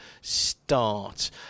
start